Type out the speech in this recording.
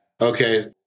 Okay